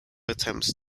attempts